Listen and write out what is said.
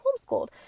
homeschooled